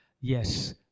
Yes